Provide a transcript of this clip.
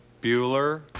bueller